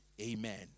Amen